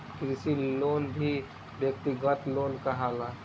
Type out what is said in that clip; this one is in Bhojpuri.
कृषि लोन भी व्यक्तिगत लोन कहाला